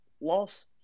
loss